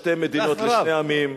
שתי מדינות לשני עמים,